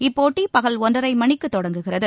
இப்போட்டி பகல் ஒன்றரை மணிக்குத் தொடங்குகிறது